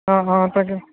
অ' অ' তাকে